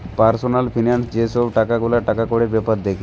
personal finance যে সব গুলা টাকাকড়ির বেপার দ্যাখে